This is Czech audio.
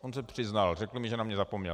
On se přiznal, řekl mi, že na mě zapomněl.